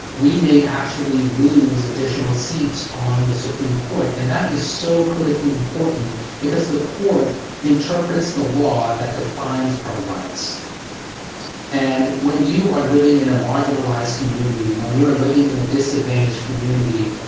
we may actually lose additional seats on the supreme court. and that is so critically important because the court interprets the law that defines our rights and when you are living in a marginalized community, when you are living in a disadvantaged community,